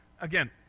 again